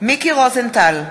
מיקי רוזנטל,